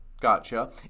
Gotcha